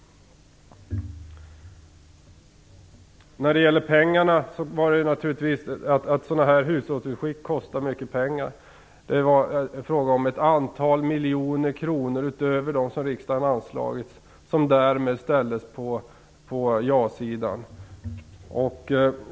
Sådana här hushållsutskick kostar mycket pengar. Det var fråga om ett antal miljoner kronor utöver de som riksdagen anslagit som därmed ställdes till jasidans förfogande.